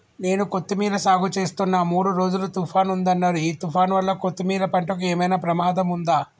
నేను కొత్తిమీర సాగుచేస్తున్న మూడు రోజులు తుఫాన్ ఉందన్నరు ఈ తుఫాన్ వల్ల కొత్తిమీర పంటకు ఏమైనా ప్రమాదం ఉందా?